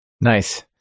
Nice